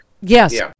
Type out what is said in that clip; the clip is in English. yes